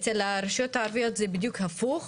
אצל הרשויות הערביות זה בדיוק הפוך.